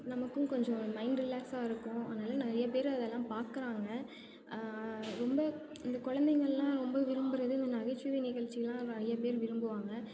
நமக்கும் கொஞ்சம் மைண்டு ரிலாக்ஸாக இருக்கும் அதனால் நிறைய பேர் அதெல்லாம் பார்க்குறாங்க ரொம்ப இந்த குலந்தைங்கள்லாம் ரொம்ப விரும்புகிறது இந்த நகைச்சுவை நிகழ்ச்சிகள்லாம் நிறைய பேர் விரும்புவாங்கள்